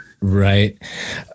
Right